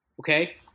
Okay